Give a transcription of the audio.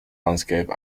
landscape